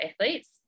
athletes